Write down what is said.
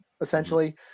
essentially